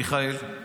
מיכאל,